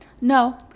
No